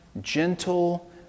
Gentle